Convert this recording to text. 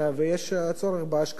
ויש צורך בהשקעה.